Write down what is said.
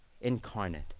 incarnate